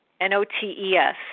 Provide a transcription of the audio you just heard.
N-O-T-E-S